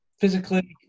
physically